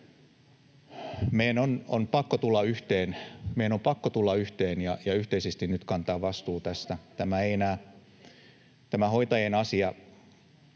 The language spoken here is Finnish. Meidän on pakko tulla yhteen ja yhteisesti nyt kantaa vastuu tästä. Tämä hoitajien asia